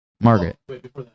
Margaret